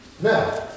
Now